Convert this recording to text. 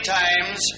times